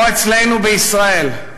כמו אצלנו בישראל,